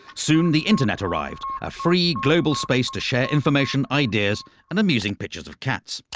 soon the internet arrived a free global space to share information, ideas and amusing pictures of cats.